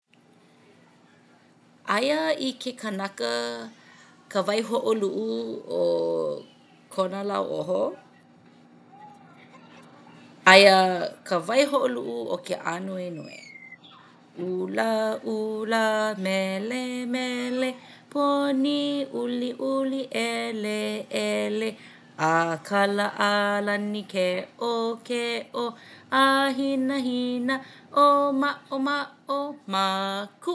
Aia i ke kanaka ka waihoʻoluʻu o kona lauoho. Aia ka waihoʻoluʻu o ke ānuenue. ʻUlaʻula, melemele, poni, uliuli, ʻeleʻele, ʻākala, ʻalani, keʻokeʻo, ʻāhinahina ʻōmaʻomaʻo, māku